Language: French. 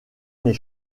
n’est